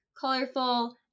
colorful